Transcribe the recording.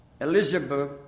Elizabeth